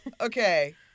Okay